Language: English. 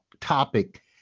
topic